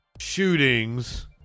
shootings